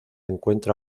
encuentra